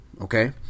okay